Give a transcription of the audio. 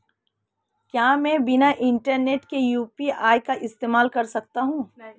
क्या मैं बिना इंटरनेट के यू.पी.आई का इस्तेमाल कर सकता हूं?